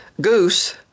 goose